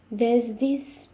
there's this